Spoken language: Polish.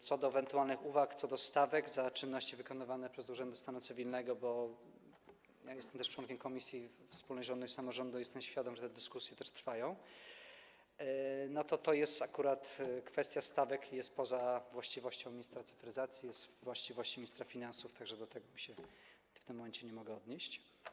Co do ewentualnych uwag co do stawek za czynności wykonywane przez urzędy stanu cywilnego - jestem członkiem komisji wspólnej rządu i samorządu i jestem świadom, że te dyskusje też trwają - to akurat kwestia stawek jest poza właściwością ministra cyfryzacji, jest we właściwości ministra finansów, tak że do tego w tym momencie nie mogę się odnieść.